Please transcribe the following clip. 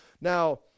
Now